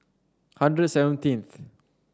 hundred seventeenth